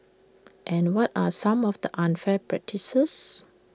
and what are some of the unfair practices